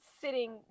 sitting